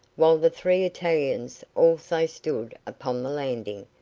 while the three italians also stood upon the landing,